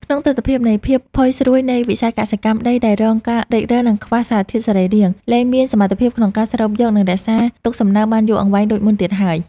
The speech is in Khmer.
ក្នុងទិដ្ឋភាពនៃភាពផុយស្រួយនៃវិស័យកសិកម្ម ដីដែលរងការរិចរឹល និងខ្វះសារធាតុសរីរាង្គ លែងមានសមត្ថភាពក្នុងការស្រូបយក និងរក្សាទុកសំណើមបានយូរអង្វែងដូចមុនទៀតឡើយ។